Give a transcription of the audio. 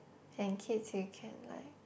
and kids you can like